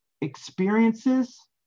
experiences